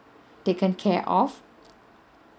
taken care of